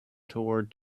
toward